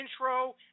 intro